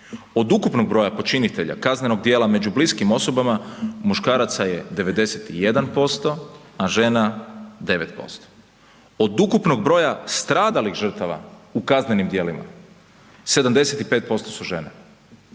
Od ukupnog broja počinitelja kaznenog dijela među bliskim osobama muškaraca je 91% a žena 9%. Od ukupnog broja stradalih žrtava u kaznenim djelima 75% su žene.